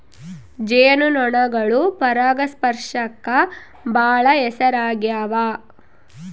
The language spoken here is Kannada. ಜೇನು ನೊಣಗಳು ಪರಾಗಸ್ಪರ್ಶಕ್ಕ ಬಾಳ ಹೆಸರಾಗ್ಯವ